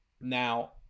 Now